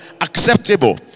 Acceptable